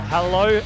Hello